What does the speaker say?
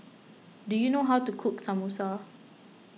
do you know how to cook Samosa